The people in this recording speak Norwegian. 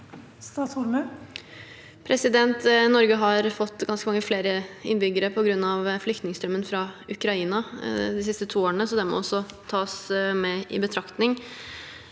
Norge har fått ganske mange flere innbyggere på grunn av flyktningstrømmen fra Ukraina de siste to årene, så det må også tas med i betraktningen.